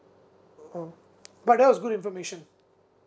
uh oh but that was good information